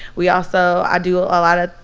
we also do ah a lot of,